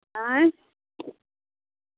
आँय